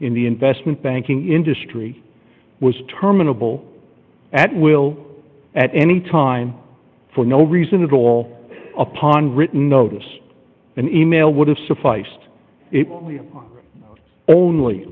in the investment banking industry was terminable at will at any time for no reason at all upon written notice an e mail would have sufficed only